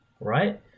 right